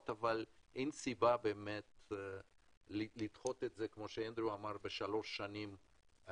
אבל אין סיבה באמת לדחות את זה בשלוש שנים,